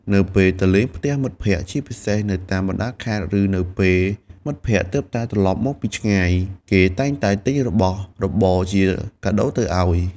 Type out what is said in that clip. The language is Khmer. នៅពេលទៅលេងផ្ទះមិត្តភក្តិ ជាពិសេសនៅតាមបណ្ដាខេត្ត ឬនៅពេលមិត្តភក្តិទើបតែត្រឡប់មកពីឆ្ងាយ គេតែងតែទិញរបស់របរជាកាដូទៅឲ្យ។